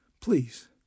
Please